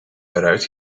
eruit